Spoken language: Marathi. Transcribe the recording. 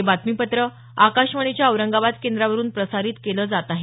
हे बातमीपत्र आकाशवाणीच्या औरंगाबाद केंद्रावरून प्रसारित केलं जात आहे